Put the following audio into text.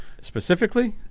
specifically